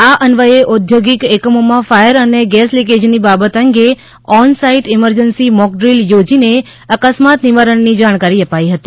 આ અન્વયે ઔદ્યોગિક એકમોમાં ફાયર તથા ગેસલીકેજની બાબત અંગે on site emergency mock drill યોજી અકસ્માત નિવારણની જાણકારી અપાઈ હતી